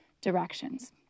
directions